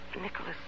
Nicholas